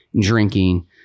drinking